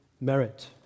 merit